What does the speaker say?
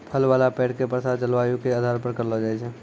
फल वाला पेड़ के प्रसार जलवायु के आधार पर करलो जाय छै